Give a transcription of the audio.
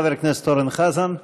חבר הכנסת אורן חזן.